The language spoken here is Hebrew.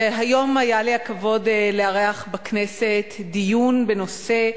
היום היה לי הכבוד לארח בכנסת דיון בנושא: